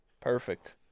perfect